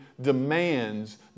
demands